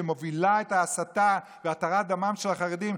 שמובילה את ההסתה והתרת דמם של החרדים,